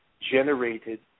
generated